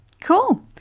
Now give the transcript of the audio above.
Cool